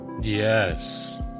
yes